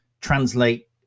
translate